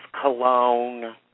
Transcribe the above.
cologne